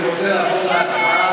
אני רוצה לעבור להצבעה,